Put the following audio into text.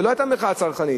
ולא היתה מחאה צרכנית,